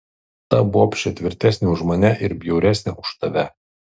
ta bobšė tvirtesnė už mane ir bjauresnė už tave